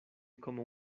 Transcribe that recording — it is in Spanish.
como